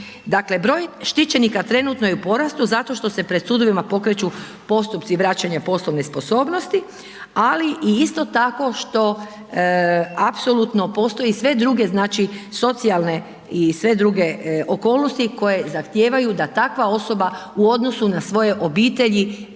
Dakle, broj štićenika trenutno je u porastu zato što pred sudovima pokreću postupci vraćanja poslovne sposobnosti, ali i isto tako što apsolutno postoje sve druge socijalne i sve druge okolnosti koje zahtijevaju da takva osoba u odnosu na svoje obitelji